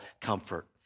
comfort